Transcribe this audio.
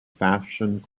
fashion